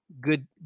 Good